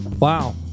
Wow